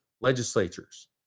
legislatures